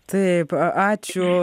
taip ačiū